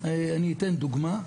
אני אתן דוגמה.